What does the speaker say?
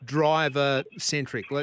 driver-centric